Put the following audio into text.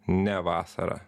ne vasarą